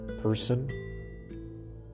person